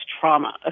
trauma